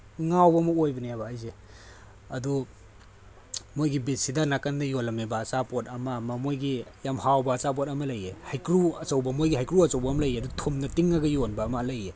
ꯉꯥꯎꯕ ꯑꯃ ꯑꯣꯏꯕꯅꯦꯕ ꯑꯩꯁꯦ ꯑꯗꯣ ꯃꯣꯏꯒꯤ ꯕꯤꯁꯁꯤꯗ ꯅꯀꯥꯟꯗ ꯌꯣꯜꯂꯝꯃꯤꯕ ꯑꯆꯥꯄꯣꯠ ꯑꯃ ꯑꯃ ꯃꯣꯏꯒꯤ ꯌꯥꯝ ꯍꯥꯎꯕ ꯑꯆꯥꯄꯣꯠ ꯑꯃ ꯂꯩꯑꯦ ꯍꯩꯀ꯭ꯔꯨ ꯑꯆꯧꯕ ꯃꯣꯏꯒꯤ ꯍꯩꯀ꯭ꯔꯨ ꯑꯆꯧꯕ ꯑꯃ ꯂꯩꯑꯦ ꯑꯗꯨ ꯊꯨꯝꯗ ꯇꯤꯡꯉꯒ ꯌꯣꯟꯕ ꯑꯃ ꯂꯩꯑꯦ